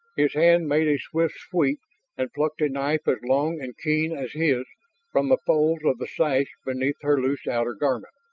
his hand made a swift sweep and plucked a knife as long and keen as his from the folds of the sash beneath her loose outer garment.